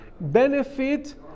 benefit